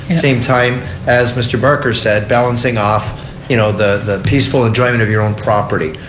same time as mr. barker said balancing off you know the peaceful enjoyment of your own property.